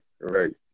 right